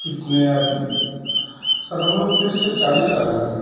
کتنے آدمی سر ہم لوگ تیس سے چالیس آدمی ہیں